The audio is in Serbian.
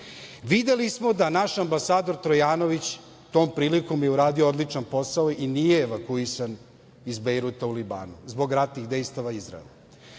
Videli smo da naš ambasador Trajanović tom prilikom je uradio odličan posao i nije evakuisan iz Bejruta u Libanu zbog ratnih dejstava Izraela.